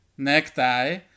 necktie